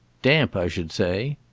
damp i should say?